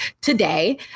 today